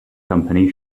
company